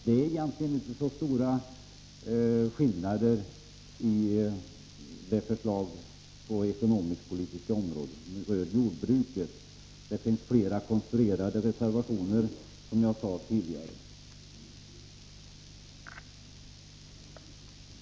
Det är egentligen inte så stora skillnader mellan våra förslag i fråga om de ekonomisk-politiska åtgärderna på jordbrukets område. Det finns, som jag sade tidigare, flera konstruerade reservationer.